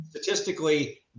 Statistically